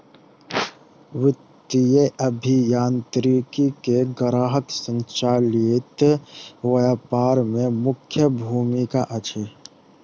वित्तीय अभियांत्रिकी के ग्राहक संचालित व्यापार में मुख्य भूमिका अछि